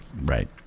right